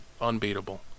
unbeatable